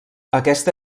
aquesta